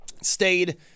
stayed